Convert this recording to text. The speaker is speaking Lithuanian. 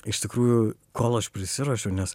iš tikrųjų kol aš prisiruošiau nes